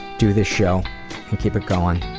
do this show and keep it going,